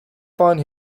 find